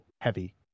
heavy